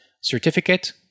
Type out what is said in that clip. Certificate